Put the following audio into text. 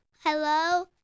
hello